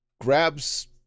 grabs